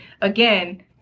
again